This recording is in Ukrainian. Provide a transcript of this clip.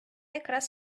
якраз